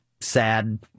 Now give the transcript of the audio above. sad